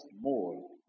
more